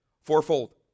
Fourfold